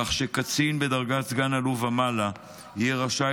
כך שקצין בדרגת סגן אלוף ומעלה יהיה רשאי